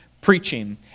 preaching